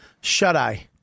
Shut-Eye